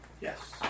Yes